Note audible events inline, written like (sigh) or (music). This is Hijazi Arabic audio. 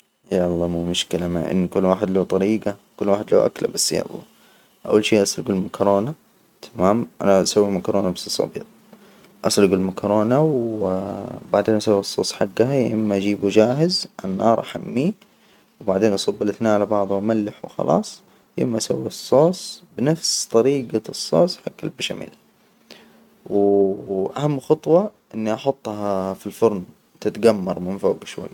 يلا مو مشكلة، مع إن كل واحد له طريجة، كل واحد له أكلة، بس يلا أول شي أسلج المكرونة، تمام؟ أنا أسوي مكرونة بصوص أبيض، أسلج المكرونة و بعدين أسوي الصوص حجها. يا إما أجيبه جاهز عالنار أحميه. وبعدين أصب الإثنان على بعضه وأملح وخلاص، ياأما أسوي الصوص بنفس طريجة الصوص حج البشاميل (hesitation) وأهم خطوة، إني أحطها في الفرن، تتجمر من فوج شوي.